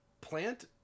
plant